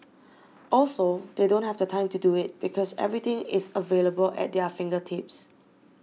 also they don't have the time to do it because everything is available at their fingertips